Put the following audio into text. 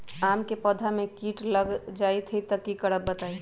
आम क पौधा म कीट लग जई त की करब बताई?